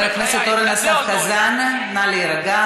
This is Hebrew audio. חבר הכנסת אורן אסף חזן, נא להירגע.